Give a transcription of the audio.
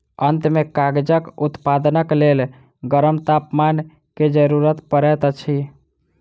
अंत में कागजक उत्पादनक लेल गरम तापमान के जरूरत पड़ैत अछि